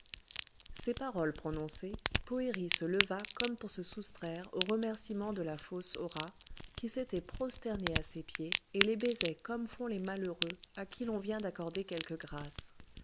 ces paroles prononcées poëri se leva comme pour se soustraire aux remerciements de la fausse hora qui s'était prosternée à ses pieds et les baisait comme font les malheureux à qui l'on vient d'accorder quelque grâce